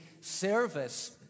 service